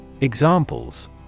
Examples